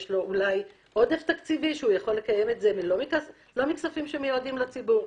האם יש לו עודף תקציבי שהוא יכול לנצל ולא מכספים שמיועדים לציבור?